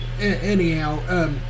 anyhow